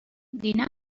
dinar